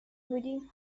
بودیم